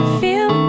feel